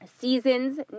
Seasons